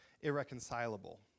irreconcilable